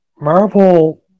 Marvel